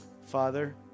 Father